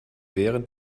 während